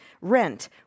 Rent